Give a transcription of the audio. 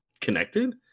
connected